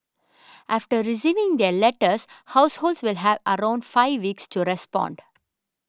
after receiving their letters households will have around five weeks to respond